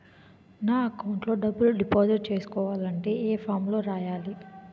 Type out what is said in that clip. నా అకౌంట్ లో డబ్బులు డిపాజిట్ చేసుకోవాలంటే ఏ ఫామ్ లో రాయాలి?